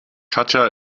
katja